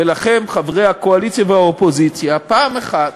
ולכם, חברי הקואליציה והאופוזיציה, פעם אחת